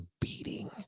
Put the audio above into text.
beating